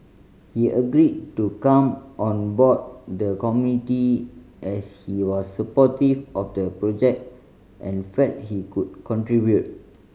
he agreed to come on board the committee as he was supportive of the project and felt he could contribute